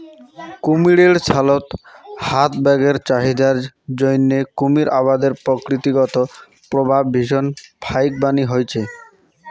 কুমীরের ছালত হাত ব্যাগের চাহিদার জইন্যে কুমীর আবাদের প্রকৃতিগত প্রভাব ভীষণ ফাইকবানী হইচে